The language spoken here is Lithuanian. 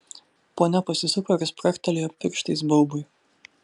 ponia pasisuko ir spragtelėjo pirštais baubui